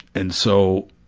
and so,